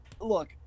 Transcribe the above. Look